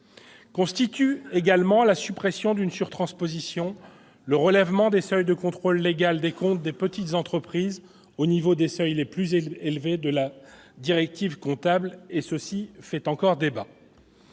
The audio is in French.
Constitue également la suppression d'une sur-transposition le relèvement des seuils de contrôle légal des comptes des petites entreprises au niveau des seuils les plus élevés de la directive comptable- cela fait encore débat.